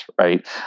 right